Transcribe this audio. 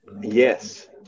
Yes